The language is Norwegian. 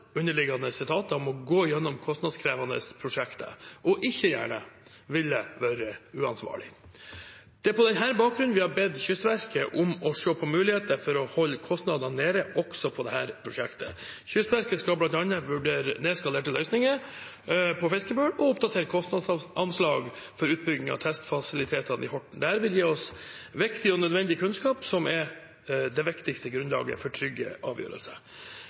underliggende etater om å gå gjennom kostnadskrevende prosjekter. Å ikke gjøre dette ville være uansvarlig. Det er på denne bakgrunn vi har bedt Kystverket om å se på muligheter for å holde kostnadene nede også i dette prosjektet. Kystverket skal bl.a. vurdere nedskalerte løsninger på Fiskebøl og oppdatere kostnadsanslag for utbygging av testfasilitetene i Horten. Dette vil gi oss viktig og nødvendig kunnskap, som er det viktigste grunnlaget for trygge avgjørelser.